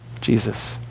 Jesus